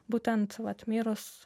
būtent vat mirus